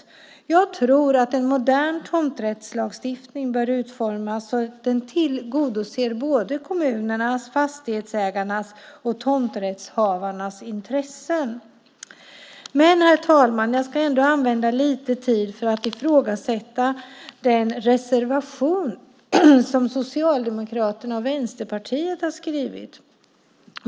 Jag tror att en modern tomträttslagstiftning bör utformas så att den tillgodoser både kommunernas, fastighetsägarnas och tomträttsinnehavarnas intressen. Herr talman! Jag ska ändå använda lite tid för att ifrågasätta den reservation som Socialdemokraterna och Vänsterpartiet har skrivit.